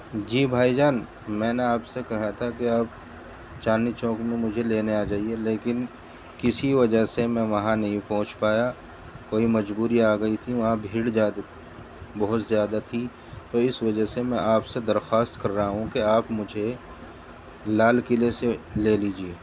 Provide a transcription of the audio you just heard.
جی بھائی جان میں نے آپ سے کہا تھا کہ آپ چاندنی چوک میں مجھے لینے آ جائیے لیکن کسی وجہ سے میں وہاں نہیں پہنچ پایا کوئی مجبوری آ گئی تھی وہاں بھیڑ زیاد بہت زیادہ تھی تو اس وجہ سے میں آپ سے درخواست کر رہا ہوں کہ آپ مجھے لال قلعے سے لے لیجیے